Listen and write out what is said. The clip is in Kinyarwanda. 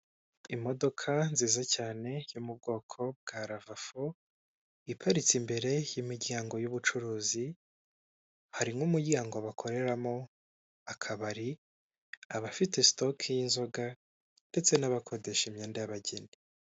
Imodoka nziza cyane yo mu bwoko bwa Rava fo, iparitse imbere y'imiryango y'ubucuruzi harimo umuryango bakoreramo akabari, abafite sitoki y'inzoga ndetse n'abakodesha imyenda y'abageni.